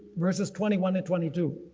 verses twenty one and twenty two.